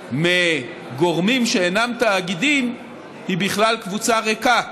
מגורמים שאינם תאגידים היא בכלל קבוצה ריקה.